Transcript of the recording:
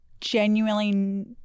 genuinely